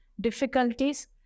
difficulties